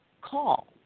call